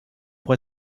pour